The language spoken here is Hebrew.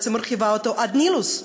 ובעצם מרחיבה אותו עד הנילוס,